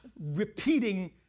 repeating